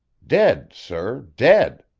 dead, sir, dead!